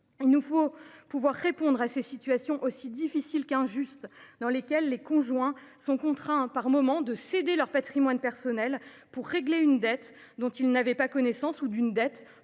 Il nous faut répondre à ces situations aussi difficiles qu’injustes dans lesquelles les conjoints sont contraints de céder leur patrimoine personnel pour régler une dette dont ils n’avaient pas connaissance, ou d’une dette